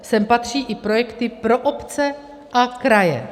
Sem patří i projekty pro obce a kraje.